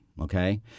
okay